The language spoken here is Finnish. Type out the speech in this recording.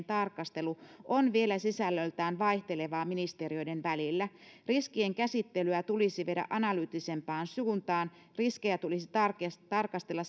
tarkastelu on vielä sisällöltään vaihtelevaa ministeriöiden välillä riskien käsittelyä tulisi viedä analyyttisempaan suuntaan riskejä tulisi tarkemmin tarkastella